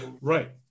Right